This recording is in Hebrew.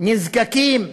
נזקקים,